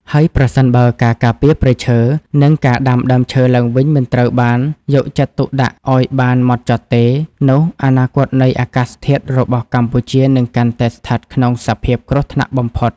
ហើយប្រសិនបើការការពារព្រៃឈើ និងការដាំដើមឈើឡើងវិញមិនត្រូវបានយកចិត្តទុកដាក់ឱ្យបានហ្មត់ចត់ទេ នោះអនាគតនៃអាកាសធាតុរបស់កម្ពុជានឹងកាន់តែស្ថិតក្នុងសភាពគ្រោះថ្នាក់បំផុត។